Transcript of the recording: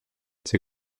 c’est